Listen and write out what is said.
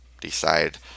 decide